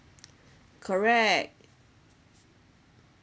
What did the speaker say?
correct